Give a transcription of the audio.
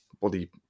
body